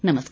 नमस्कार